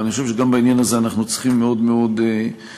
ואני חושב שגם בעניין הזה אנחנו צריכים מאוד מאוד להיזהר.